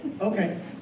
okay